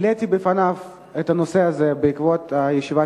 העליתי בפניו את הנושא הזה בעקבות ישיבת